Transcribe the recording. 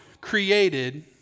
created